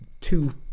two